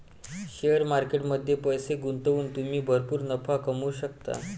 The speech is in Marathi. शेअर मार्केट मध्ये पैसे गुंतवून तुम्ही भरपूर नफा कमवू शकता